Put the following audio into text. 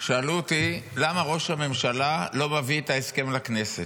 שאלו אותי למה ראש הממשלה לא מביא את ההסכם לכנסת.